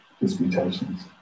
Disputations